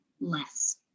less